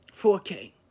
4K